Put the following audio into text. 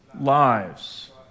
lives